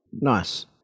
Nice